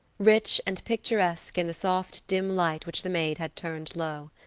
rich and picturesque in the soft, dim light which the maid had turned low.